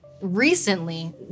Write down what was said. recently